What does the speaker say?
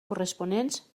corresponents